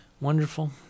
Wonderful